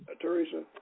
Teresa